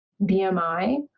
BMI